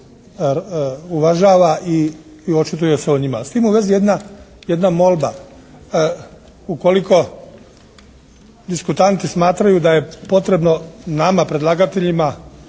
uvažava i očituje se o njima. S tim u vezi jedna molba. Ukoliko diskutanti smatraju da je potrebno nama predlagateljima